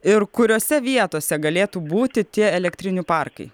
ir kuriose vietose galėtų būti tie elektrinių parkai